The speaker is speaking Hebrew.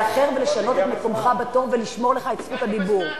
לאחר ולשנות את מקומך בתור ולשמור לך את זכות הדיבור.